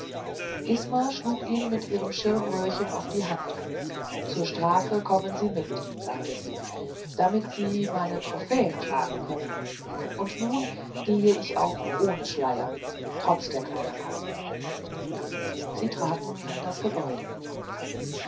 isma schlug ihn mit ihrem schirmröhrchen auf die hand zur strafe kommen sie mit sagte sie damit sie meine trophäen tragen können und nun gehe ich auch ohne schleier trotz der kleinen augen sie traten in das gebäude